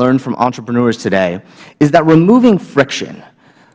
learned from entrepreneurs today is that removing friction